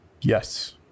Yes